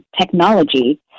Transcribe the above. technology